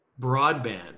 broadband